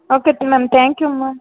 okay ma'am thank you ma'am